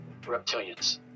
reptilians